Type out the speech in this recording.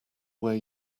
way